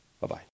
Bye-bye